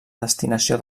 destinació